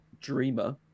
Dreamer